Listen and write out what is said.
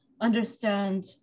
understand